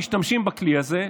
משתמשים בכלי הזה,